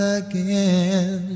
again